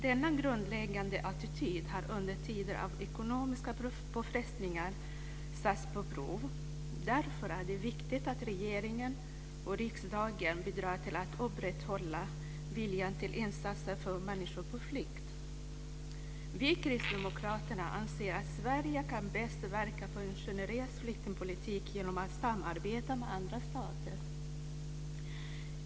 Denna grundläggande attityd har under tider av ekonomiska påfrestningar satts på prov. Därför är det viktigt att regeringen och riksdagen bidrar till att upprätthålla viljan till insatser för människor på flykt. Vi kristdemokrater anser att Sverige bäst kan verka för en generös flyktingpolitik genom att samarbeta med andra stater.